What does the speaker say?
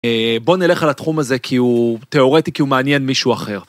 בוא נלך על התחום הזה כי הוא תיאורטי, כי הוא מעניין מישהו אחר.